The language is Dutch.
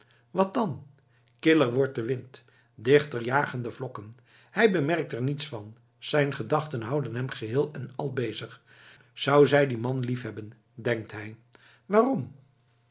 wat dan killer wordt de wind dichter jagen de vlokken hij bemerkt er niets van zijn gedachten houden hem geheel en al bezig zou zij dien man liefhebben denkt hij waarom